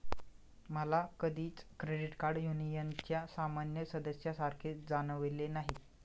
मला कधीच क्रेडिट युनियनच्या सामान्य सदस्यासारखे जाणवले नाही